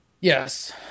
Yes